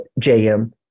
JM